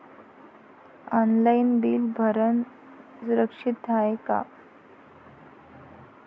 Online bill भरनं सुरक्षित हाय का?